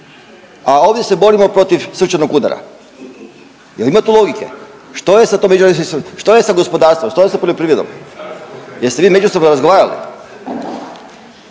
a ovdje se borimo protiv srčanog udara. Je li ima tu logike? Što je sa tom međuresornom, što je sa gospodarstvom, što je sa poljoprivrednom? Jeste vi međusobno razgovarali?